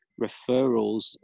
referrals